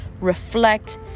reflect